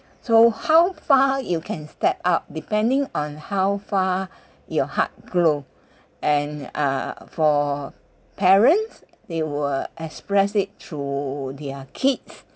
so how far you can step out depending on how far your heart glow and uh for parents they will express it through their kids